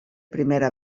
primera